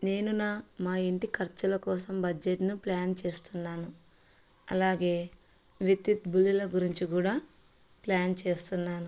నేను నా మా ఇంటి ఖర్చుల కోసం బడ్జెట్ను ప్లాన్ చేస్తున్నాను అలాగే విద్యుత్ బిల్లుల గురించి కూడా ప్లాన్ చేస్తున్నాను